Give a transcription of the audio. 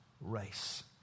race